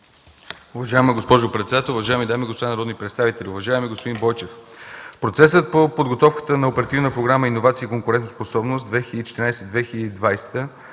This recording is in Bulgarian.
Уважаема госпожо председател, уважаеми дами и господа народни представители, уважаеми господин Бойчев! Процесът по подготовката на Оперативна програма „Иновации и конкурентоспособност 2014 2020